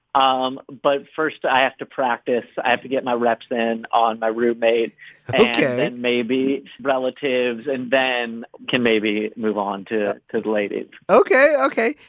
um but first, i have to practice. i have to get my reps, then on my roommate and maybe relatives and then can maybe move on to to later ok. ok.